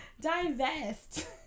Divest